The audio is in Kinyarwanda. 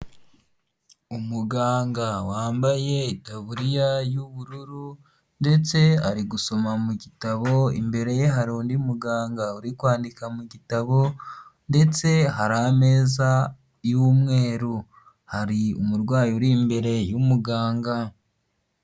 Umuganga wambaye itaburiya y'ubururu ndetse ari gusoma mu gitabo, imbere ye hari undi muganga uri kwandika mu gitabo ndetse hari ameza y'umweru, hari umurwayi uri imbere y'umuganga.